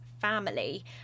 family